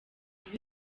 iyo